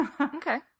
Okay